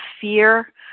fear